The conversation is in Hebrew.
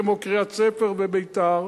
כמו קריית-ספר וביתר.